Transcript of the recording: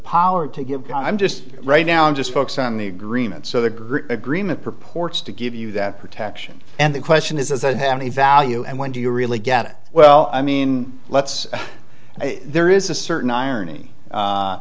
power to give i'm just right now i'm just focused on the agreement so the agreement purports to give you that protection and the question is is it have any value and when do you really get it well i mean let's there is a certain iron